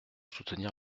soutenir